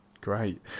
Great